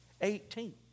Eighteen